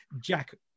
Jack